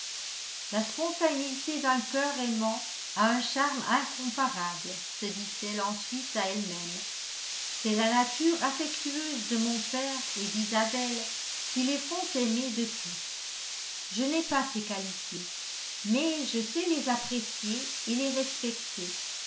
la spontanéité d'un cœur aimant a un charme incomparable se dit-elle ensuite à elle-même c'est la nature affectueuse de mon père et d'isabelle qui les font aimer de tous je n'ai pas ces qualités mais je sais les apprécier et les respecter